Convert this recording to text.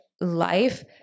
life